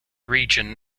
region